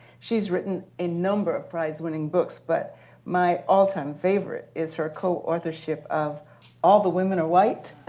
she's written a number of prize-winning books. but my all time favorite is her co-authorship of all the women are white,